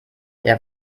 der